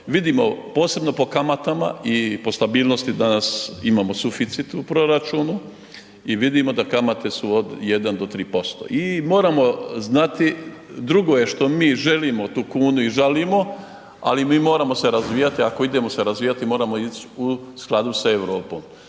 Vidimo posebno po kamatama i po stabilnosti danas imamo suficit u proračunu i vidimo da kamate su od 1 do 3% i moramo znati drugo je što mi želimo tu kunu i žalimo, ali mi moramo se razvijati, a ako idemo se razvijati moramo u skladu sa Europom.